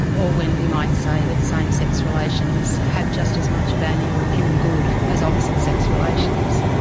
or when we might say that same sex relations have just as much value and human good as opposite sex relations.